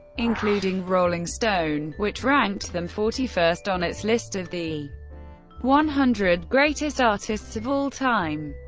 including rolling stone, which ranked them forty first on its list of the one hundred greatest artists of all time.